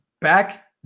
back